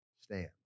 stand